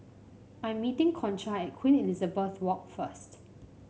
I'm meeting Concha at Queen Elizabeth Walk first